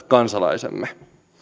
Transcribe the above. kansalaisemme